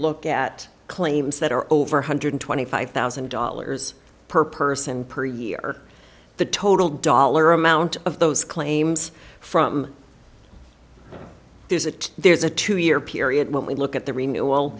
look at claims that are over one hundred twenty five thousand dollars per person per year or the total dollar amount of those claims from there's it there's a two year period when we look at the renew